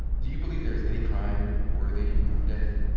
do you believe there's any crime worthy of death?